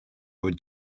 would